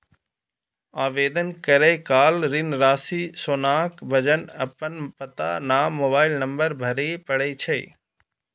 आवेदन करै काल ऋण राशि, सोनाक वजन, अपन पता, नाम, मोबाइल नंबर भरय पड़ै छै